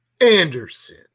Anderson